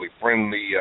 friendly